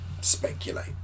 speculate